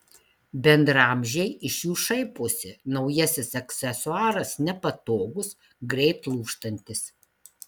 bendraamžiai iš jų šaiposi naujasis aksesuaras nepatogus greit lūžtantis